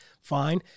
fine